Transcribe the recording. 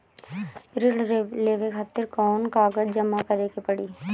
ऋण लेवे खातिर कौन कागज जमा करे के पड़ी?